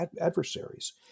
adversaries